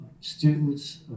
students